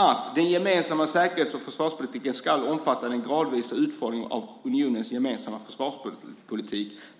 att den gemensamma säkerhets och försvarspolitiken ska omfatta en gradvis utformning av unionens gemensamma försvarspolitik?